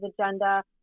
agenda